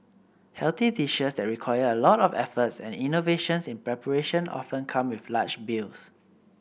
healthy dishes that require a lot of efforts and innovations in preparation often come with large bills